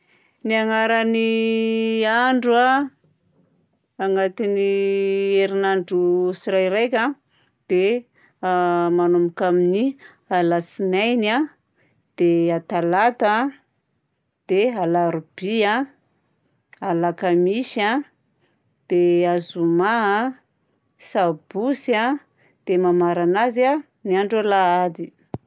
Ny agnaran'ny andro agnatin'ny herinandro tsirairaika dia manomboka amin'ny alatsinainy a, dia atalata, dia alarobia, alakamisy a, dia azoma a, sabotsy a, dia mamarana azy ny andro alahady.